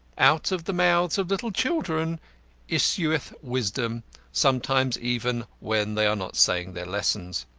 out of the mouths of little children issueth wisdom sometimes even when they are not saying their lessons.